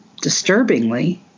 disturbingly